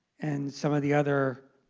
and some of the other